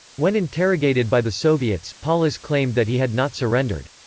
when interrogated by the soviets, paulus claimed that he had not surrendered.